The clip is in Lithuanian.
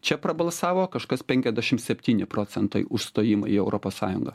čia prabalsavo kažkas penkiasdešimt septyni procentai už stojimą į europos sąjungą